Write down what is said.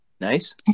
Nice